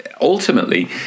Ultimately